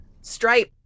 Stripe